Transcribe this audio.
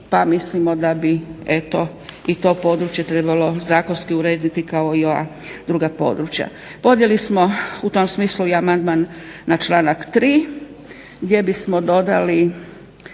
pa mislimo da bi eto i to područje trebalo zakonski urediti kao i ova druga područja. Podnijeli smo u tom smislu i amandman na članak 3. gdje bismo dodali